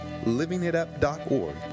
LivingItUp.org